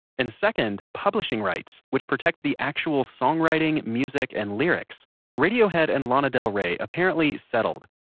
and second publishing rights which protect the actual songwriting, music, and lyrics radiohead and lana del rey apparently settled,